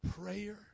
Prayer